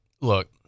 Look